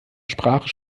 sprache